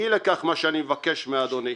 אי לכך, מה שאני מבקש מאדוני,